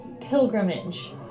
Pilgrimage